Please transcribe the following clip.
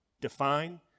define